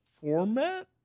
format